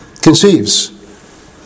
conceives